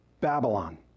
Babylon